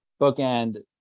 bookend